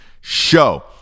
show